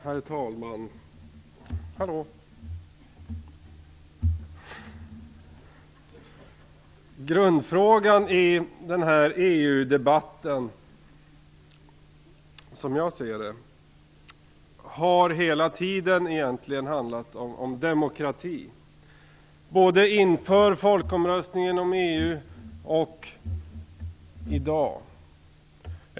Herr talman! Grundfrågan i EU-debatten, som jag ser det, har hela tiden handlat om demokrati - både inför folkomröstningen om EU och i dag.